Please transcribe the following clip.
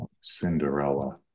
cinderella